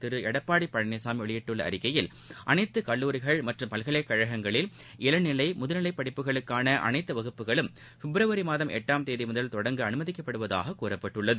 திருஎடப்பாடிபழனிசாமிவெளியிட்டுள்ளஅறிக்கையில் இதுகுறித்துமுதலமைச்சர் அனைத்துகல்லூரிகள் மற்றம் பல்கலைக் கழகங்களில் இளநிலை முதுநிலைபடிப்புகளுக்கானஅனைத்துவகுப்புகளும் பிப்ரவரிமாதம் எட்டாம் தேதிமுதல் தொடங்க அனுமதிக்கப்படுவதாககூறப்பட்டுள்ளது